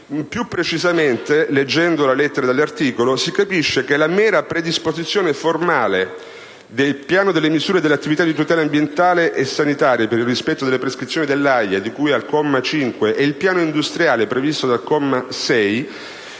Più precisamente, leggendo il testo dell'articolo, si capisce che la mera predisposizione formale del piano delle misure e delle attività di tutela ambientale e sanitaria per il rispetto delle prescrizioni dell'AIA, di cui al comma 5, e del piano industriale di conformazione